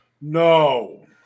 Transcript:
No